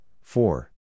four